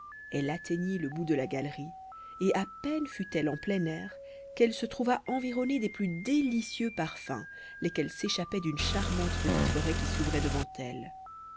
elle atteignit le bout de la galerie et à peine fut-elle en plein air qu'elle se trouva environnée des plus délicieux parfums lesquels s'échappaient d'une charmante petit forêt qui s'ouvrait devant elle